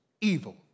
evil